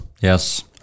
Yes